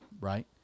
Right